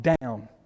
down